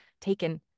taken